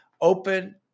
open